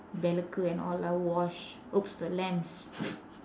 விலக்கு:vilakku and all lah wash !oops! the lamps